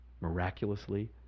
miraculously